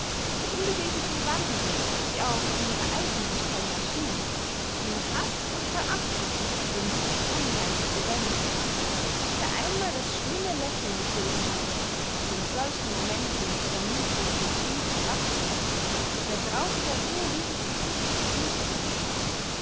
so unbeweglich und wandellos sie auch in ihrer eisernen strenge erschienen in haß und verachtung wurden sie unheimlich lebendig wer einmal das schlimme lächeln gesehen hatte das in solchen momenten ihre mundwinkel tief herabzog der traute der ruhe dieses gesichts nicht mehr